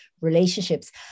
relationships